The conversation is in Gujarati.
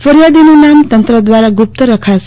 ફરીયાદીનું નામ તંત્ર દ્વારા ગુપ્ત રખાશે